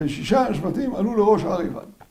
ושישה השבטים עלו לראש הר איבל